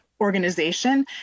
organization